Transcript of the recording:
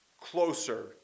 closer